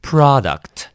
Product